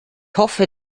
hoffe